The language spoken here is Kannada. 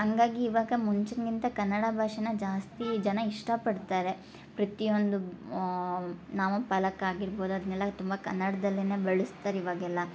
ಹಂಗಾಗಿ ಇವಾಗ ಮುಂಚಿನ್ಗಿಂತ ಕನ್ನಡ ಭಾಷೆನ ಜಾಸ್ತಿ ಜನ ಇಷ್ಟಪಡ್ತಾರೆ ಪ್ರತಿಯೊಂದು ನಾಮಫಲಕ ಆಗಿರ್ಬೋದು ಅದನ್ನೆಲ್ಲ ತುಂಬ ಕನ್ನಡ್ದಲ್ಲೇ ಬಳಸ್ತಾರೆ ಇವಾಗೆಲ್ಲ